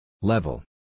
Level